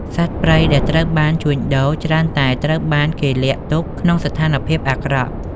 សត្វព្រៃដែលត្រូវបានជួញដូរច្រើនតែត្រូវបានគេលាក់ទុកក្នុងស្ថានភាពអាក្រក់។